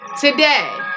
Today